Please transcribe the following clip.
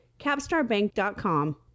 capstarbank.com